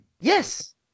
Yes